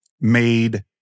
made